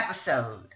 episode